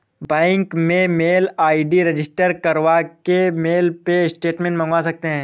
bank में mail ID register करवा के मेल पे स्टेटमेंट मंगवा सकते है